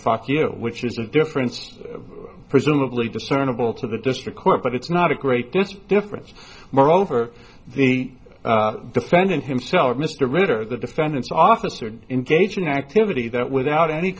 fuck you which is a difference presumably discernable to the district court but it's not a great difference moreover the defendant himself mr ritter the defendant's officer engage in activity that without any